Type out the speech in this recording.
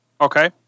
Okay